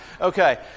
Okay